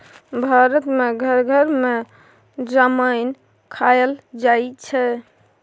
भारत मे घर घर मे जमैन खाएल जाइ छै